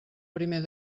primer